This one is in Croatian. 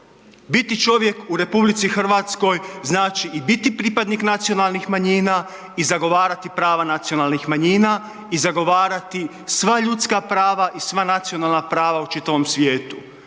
Biti čovjek u RH znači i biti pripadnik nacionalnih manjina i zagovarati prava nacionalnih manjina i zagovarati sva ljudska prava i sva nacionalna prava u čitavom svijetu.